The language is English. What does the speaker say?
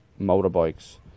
motorbikes